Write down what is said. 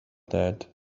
that